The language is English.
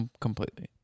completely